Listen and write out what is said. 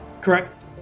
correct